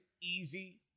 easy